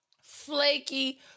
flaky